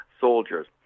soldiers